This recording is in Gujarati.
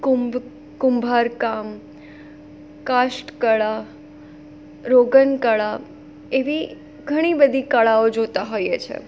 કુંભ કુંભારકામ કાસ્ટકળા રોગનકળા એવી ઘણી બધી કળાઓ જોતાં હોઈએ છે